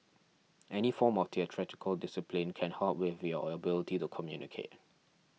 any form of theatrical discipline can help with your ability to communicate